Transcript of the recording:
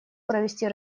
провести